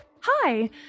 Hi